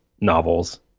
novels